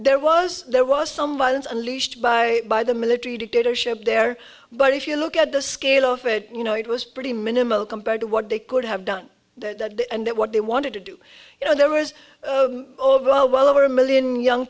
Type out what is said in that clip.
there was there was some balance unleashed by by them military dictatorship there but if you look at the scale of it you know it was pretty minimal compared to what they could have done that and that what they wanted to do you know there was over well over a million young